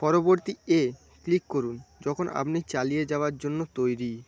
পরবর্তী এ ক্লিক করুন যখন আপনি চালিয়ে যাওয়ার জন্য তৈরি